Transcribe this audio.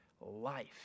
life